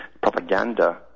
propaganda